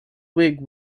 wig